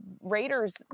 Raiders